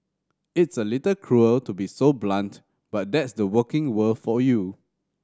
it's a little cruel to be so blunt but that's the working world for you